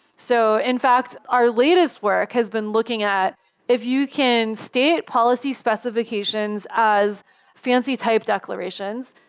so in fact, our latest work has been looking at if you can state policy specifications as fancy type declarations,